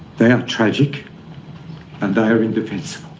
they are tragic and they are indefensible.